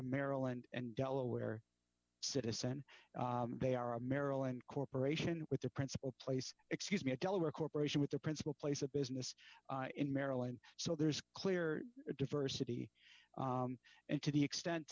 maryland and delaware citizen they are a maryland corporation with the principal place excuse me a delaware corporation with a principal place of business in maryland so there is clear diversity and to the extent